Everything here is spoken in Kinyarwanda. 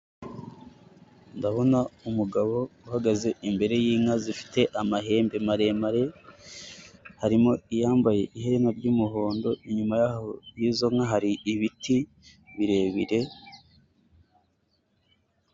Ndabona umugabo uhagaze imbere y'inka zifite amahembe maremare, harimo iyambaye iherena ry'umuhondo inyuma y'aho y'izo nka hari ibiti birebire...